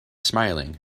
smiling